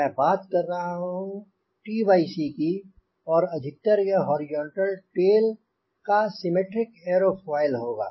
मैं बात कर रहा हूँ की और अधिकतर यह हॉरिजॉन्टल टेल का सिमेट्रिक एरोफोइल होगा